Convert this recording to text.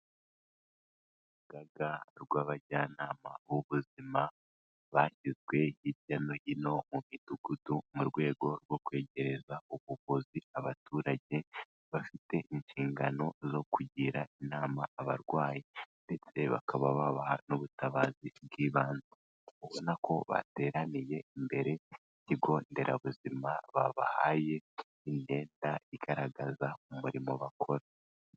Urugaga rw'abajyanama b'ubuzima bashyizwe hirya no hino mu midugudu, mu rwego rwo kwegereza ubuvuzi abaturage bafite inshingano zo kugira inama abarwayi ndetse bakaba babaha n'ubutabazi bw'ibanze, ubona ko bateraniye imbere y'ikigo nderabuzima, babahaye imyenda igaragaza umurimo bakora.